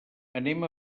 anem